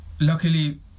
luckily